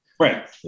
right